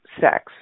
sex